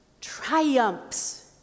triumphs